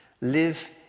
Live